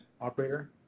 Operator